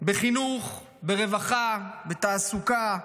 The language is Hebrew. בחינוך, ברווחה, בתעסוקה,